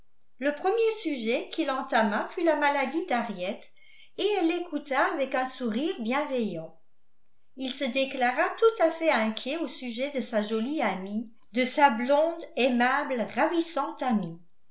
le premier sujet qu'il entama fut la maladie d'harriet et elle l'écouta avec un sourire bienveillant il se déclara tout à fait inquiet au sujet de sa jolie amie de sa blonde aimable ravissante amie